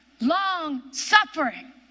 Long-suffering